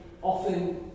often